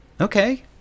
Okay